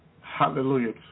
Hallelujah